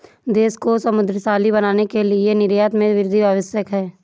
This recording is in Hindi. देश को समृद्धशाली बनाने के लिए निर्यात में वृद्धि आवश्यक है